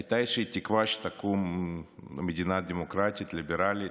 הייתה איזושהי תקווה שתקום מדינה דמוקרטית ליברלית,